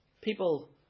People